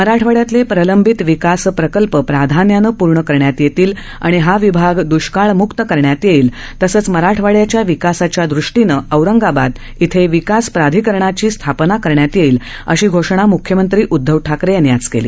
मराठवाड्यातले प्रलंबित विकास प्रकल्प प्राधान्यानं पूर्ण करण्यात येतील आणि हा विभाग दुष्काळ म्क्त करण्यात येईल तसंच मराठवाड्याच्या विकासाच्या दृष्टीनं औरंगाबाद इथं विकास प्राधिकरणाची स्थापना करण्यात येईल अशी घोषणा म्ख्यमंत्री उद्धव ठाकरे यांनी आज केली